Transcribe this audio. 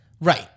Right